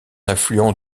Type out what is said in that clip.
affluent